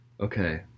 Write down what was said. Okay